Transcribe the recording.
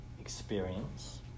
experience